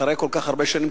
אחרי כל כך הרבה שנים,